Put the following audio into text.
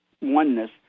oneness